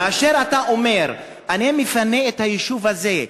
כאשר אתה אומר: אני מפנה את היישוב הזה,